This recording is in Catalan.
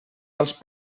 als